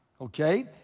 Okay